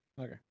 Okay